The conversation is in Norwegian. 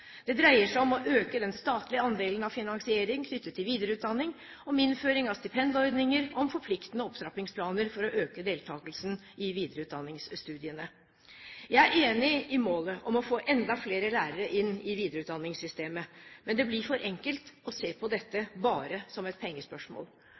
dreier seg om å øke den statlige andelen av finansiering knyttet til videreutdanning, om innføring av stipendordninger og om forpliktende opptrappingsplaner for å øke deltakelsen i videreutdanningsstudiene. Jeg er enig i målet om å få enda flere lærere inn i videreutdanningssystemet. Men det blir for enkelt å se på